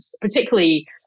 particularly